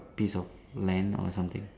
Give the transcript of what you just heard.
piece of land or something